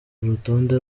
urutonde